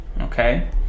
okay